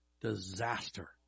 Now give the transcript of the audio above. disaster